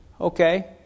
okay